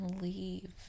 leave